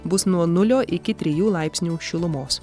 bus nuo nulio iki trijų laipsnių šilumos